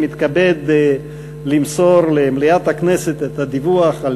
אני מתכבד למסור למליאת הכנסת את הדיווח על